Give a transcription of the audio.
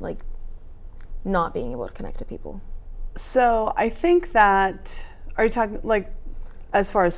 like not being able to connect to people so i think that our talk like as far as